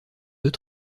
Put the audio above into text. deux